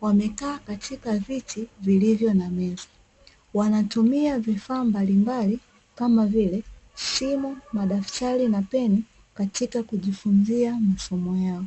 wamekaa katika viti vilivyo na meza. Wanatumia vifaa mbalimbali kama vile: simu, madaktari na peni, katika kujifunzia masomo yao.